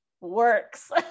works